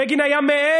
בגין היה מעז?